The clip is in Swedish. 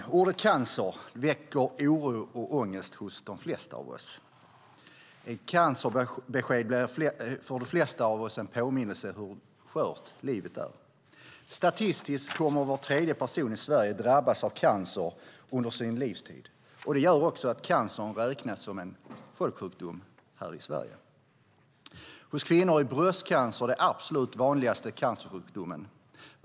Ordet cancer väcker oro och ångest hos de flesta av oss. Ett cancerbesked blir för de flesta av oss en påminnelse om hur skört livet är. Statistiskt kommer var tredje person i Sverige att drabbas av cancer under sin livstid. Det gör att cancern räknas som en folksjukdom här i Sverige. Hos kvinnor är bröstcancer den absolut vanligaste cancersjukdomen.